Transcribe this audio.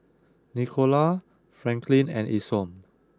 Nicola Franklyn and Isom